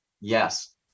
yes